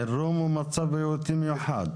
מצב בריאותי מיוחד.